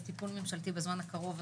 או תיקון ממשלתי בזמן הקרוב,